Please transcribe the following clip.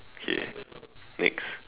okay next